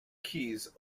keys